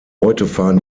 fahren